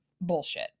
bullshit